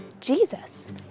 Jesus